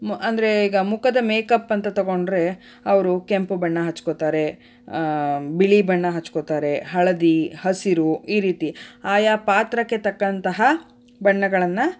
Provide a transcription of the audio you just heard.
ಮ ಅಂದರೆ ಈಗ ಮುಖದ ಮೇಕಪ್ ಅಂತ ತಗೊಂಡ್ರೆ ಅವರು ಕೆಂಪು ಬಣ್ಣ ಹಚ್ಕೋತಾರೆ ಬಿಳಿ ಬಣ್ಣ ಹಚ್ಕೋತಾರೆ ಹಳದಿ ಹಸಿರು ಈ ರೀತಿ ಆಯಾ ಪಾತ್ರಕ್ಕೆ ತಕ್ಕಂತಹ ಬಣ್ಣಗಳನ್ನು